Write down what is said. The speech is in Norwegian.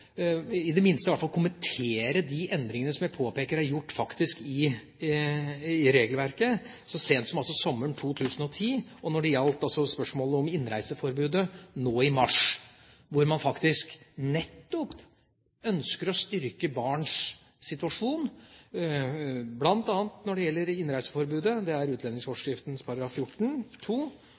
kommentere de endringene som jeg påpeker er gjort i regelverket så sent som sommeren 2010, og når det gjelder spørsmålet om innreiseforbudet, nå i mars, hvor man nettopp ønsker å styrke barns situasjon. Det er utlendingsforskriftens § 14-2, og når det gjelder